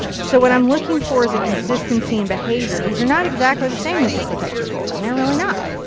so what i'm looking for is a consistency and behavior. these are not exactly the same as liquitex or golden. they're really not.